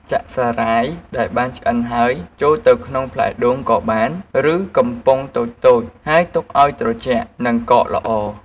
ចាក់សារាយដែលបានឆ្អិនហើយចូលទៅក្នុងផ្លែដូងក៏បាន ឬកំប៉ុងតូចៗ ហើយទុកឱ្យត្រជាក់ និងកកល្អ។